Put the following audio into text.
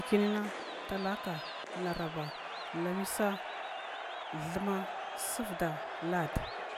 Litynana, talaka, laraba, lamisa, thuma, subda, lad.